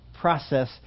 process